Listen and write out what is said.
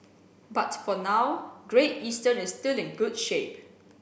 but for now Great Eastern is still in good shape